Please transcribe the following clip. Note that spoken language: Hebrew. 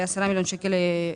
10 מיליון שקל לאתיופים.